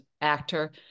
actor